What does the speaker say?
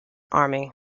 army